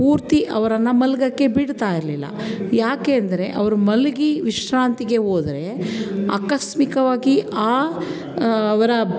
ಪೂರ್ತಿ ಅವರನ್ನು ಮಲಗೋಕ್ಕೆ ಬಿಡ್ತಾ ಇರಲಿಲ್ಲ ಯಾಕೆ ಅಂದರೆ ಅವರು ಮಲಗಿ ವಿಶ್ರಾಂತಿಗೆ ಹೋದ್ರೆ ಆಕಸ್ಮಿಕವಾಗಿ ಅವರ